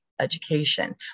Education